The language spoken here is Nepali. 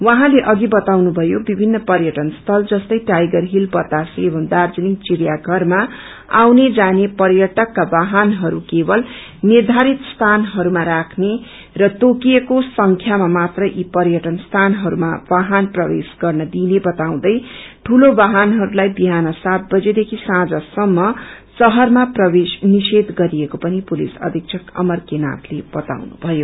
उहाँले अघि बताउनु भयो विभिन्न पर्यटन स्थल जस्तै टाइगर हील बतासे एंव दार्जीलिङ चिड़िया घरमा आउने जाने पर्यटकका वाहनहरू केवल निर्धारित स्थानहरूमा राख्ने र तोकिएको संख्यामा मात्र यी पर्यटन स्थानहयमा वाहन प्रवेश गर्न दिइने बताउँदै ठूला वाहनहस्लाई विबाहन सात बजी देखि साँझ सम्म शहरमा प्रवेश निषेच गरिएको पनि पुलिस अधिक्षक अमर के नायले बताउनु भयो